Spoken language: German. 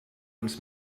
uns